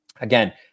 Again